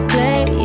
Play